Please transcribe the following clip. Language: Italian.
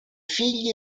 figli